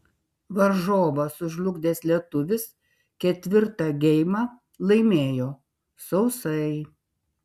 varžovą sužlugdęs lietuvis ketvirtą geimą laimėjo sausai